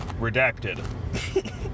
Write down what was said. Redacted